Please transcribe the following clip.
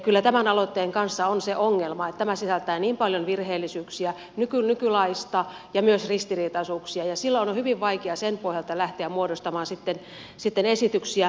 kyllä tämän aloitteen kanssa on se ongelma että tämä sisältää paljon virheellisyyksiä nykylaista ja myös ristiriitaisuuksia ja silloin on hyvin vaikea sen pohjalta lähteä muodostamaan sitten esityksiä